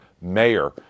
mayor